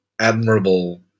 admirable